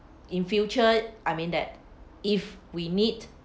in future I mean that if we need